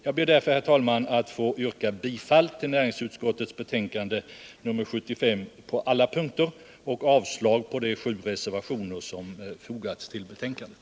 Jag ber, herr talman, att få yrka bifall till näringsutskottets hemställan i dess betänkande nr 75 på alla punkter och avslag på de sju reservationer som fogats till betänkandet.